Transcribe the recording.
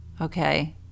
Okay